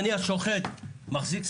מי שביקש להתייחס